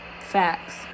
Facts